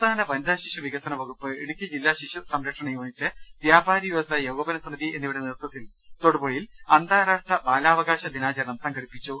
സംസ്ഥാന വനിതാ ശിശു വിക്സന വകുപ്പ് ഇടുക്കി ജില്ലാ ശിശു സംരക്ഷണ യൂണിറ്റ് വ്യാപാരി വ്യവസായി ഏകോപന സമിതി എന്നിവയുടെ നേതൃത്തിൽ തൊടുപുഴയിൽ അന്താരാഷ്ട്ര ബാലാവകാശ ദിനാചരണം സംഘടിപ്പിച്ചു